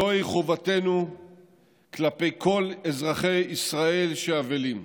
זוהי חובתנו כלפי כל אזרחי ישראל שאבלים.